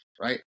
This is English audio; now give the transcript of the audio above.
right